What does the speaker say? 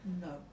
No